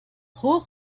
hoch